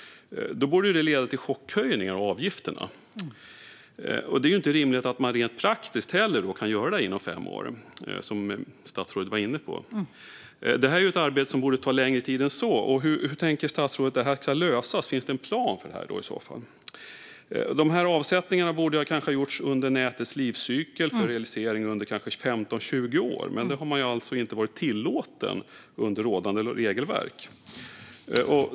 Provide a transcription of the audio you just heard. Då borde det leda till chockhöjningar av avgifterna. Som statsrådet var inne på är det inte heller rent praktiskt rimligt att man kan göra detta inom fem år, utan det är ett arbete som borde ta länge tid än så. Hur tänker statsrådet att detta kan lösas? Finns det i så fall en plan? Dessa avsättningar borde kanske ha gjorts under nätens livscykel för realisering under 15-20 år, men det har man alltså inte tillåtits att göra under rådande regelverk.